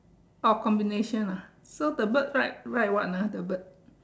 orh combination ah so the bird write write what ah the bird